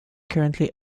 currently